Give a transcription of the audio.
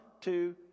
two